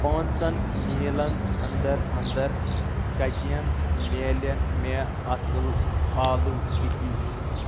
پانٛژن میٖلن اندر اندر کَتِین میلِن مےٚ اصل آلو ٹِکی ؟